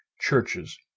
churches